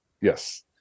Yes